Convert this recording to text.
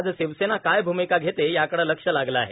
आता शिवसेना काय भूमिका घेते याकडे लक्ष लागले आहे